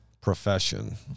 profession